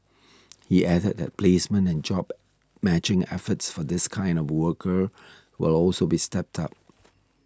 he added that placement and job matching efforts for this kind of workers will also be stepped up